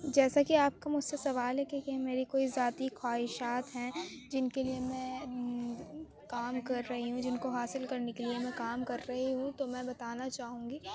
جیسا کہ آپ کا مجھ سے سوال ہے کہ کیا میری کوئی ذاتی خواہشات ہیں جن کے لیے میں کام کر رہی ہوں جن کوحاصل کر نے کے لیے میں کام کر رہی ہوں تو میں بتانا چاہوں گی